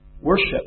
worship